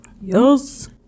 Yes